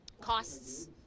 costs